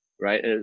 right